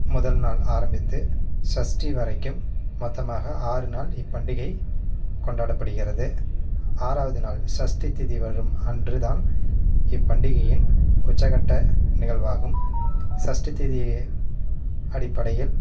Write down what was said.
முதல் நாள் ஆரம்பித்து சஷ்டி வரைக்கும் மொத்தமாக ஆறு நாள் இப்பண்டிகை கொண்டாடப்படுகிறது ஆறாவது நாள் சஷ்டி திதி வரும் அன்று தான் இப்பண்டிகையின் உச்சக்கட்ட நிகழ்வாகும் சஷ்டி திதி அடிப்படையில்